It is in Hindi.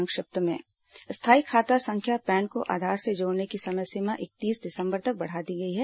संक्षिप्त समाचार स्थाई खाता संख्या पैन को आधार से जोड़ने की समय सीमा इकतीस दिसंबर तक बढ़ा दी गई है